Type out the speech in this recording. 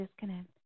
disconnect